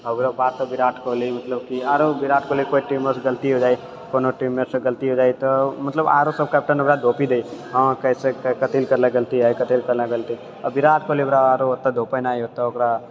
आओर ओकरा बाद तऽ विराट कोहली मतलब आरो विराट कोहली कोइ टिममेटसँ गलती हो जाइए कोनो टिममेटसँ गलती हो जाइए तऽ मतलब आरो सभ कैप्टन ओकरा दोष भी दैय कैसे कथि लए करले गलती कथि लए करले गलती आरो विराट कोहली ओकरा दोषे नहि दैयऽ ओकरा